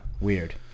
Weird